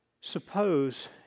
Suppose